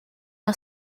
are